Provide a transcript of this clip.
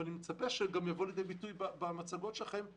ואני מצפה שהוא גם יבוא לידי ביטוי במצגות שלכם.